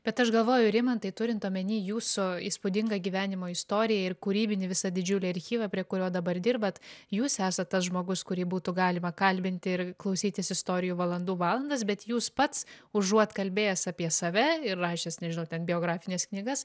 bet aš galvoju rimantai turint omeny jūsų įspūdingą gyvenimo istoriją ir kūrybinį visą didžiulį archyvą prie kurio dabar dirbat jūs esat tas žmogus kurį būtų galima kalbinti ir klausytis istorijų valandų valandas bet jūs pats užuot kalbėjęs apie save ir rašęs nežinau ten biografines knygas